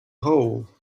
hole